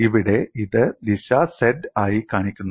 ഇവിടെ ഇത് ദിശ z ആയി കാണിക്കുന്നു